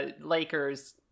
Lakers